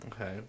Okay